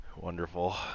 Wonderful